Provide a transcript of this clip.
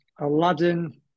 Aladdin